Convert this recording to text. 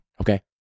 okay